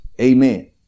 amen